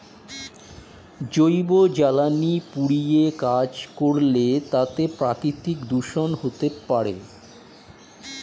জৈব জ্বালানি পুড়িয়ে কাজ করলে তাতে প্রাকৃতিক দূষন হতে পারে